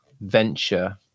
venture